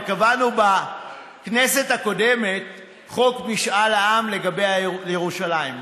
הרי קבענו בכנסת הקודמת חוק משאל עם לגבי ירושלים,